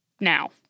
now